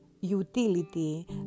utility